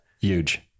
huge